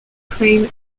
claim